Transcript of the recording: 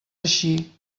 així